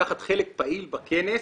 לקחת חלק פעיל בכנס'.